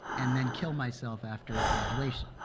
and then kill myself after graduation.